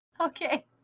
Okay